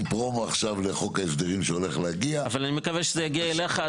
פרומו עכשיו לחוק ההסדרים שהולך להגיע --- אבל אני מקווה שזה יגיע אליך,